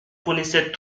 connaissait